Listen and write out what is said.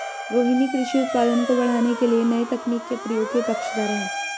रोहिनी कृषि उत्पादन को बढ़ाने के लिए नए तकनीक के प्रयोग के पक्षधर है